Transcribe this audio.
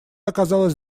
оказалось